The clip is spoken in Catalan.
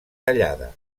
tallada